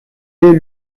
laid